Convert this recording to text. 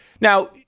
Now